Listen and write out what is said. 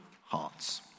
hearts